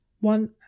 one